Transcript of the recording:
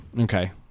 Okay